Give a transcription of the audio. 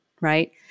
right